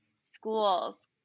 schools